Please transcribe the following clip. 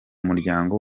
muryango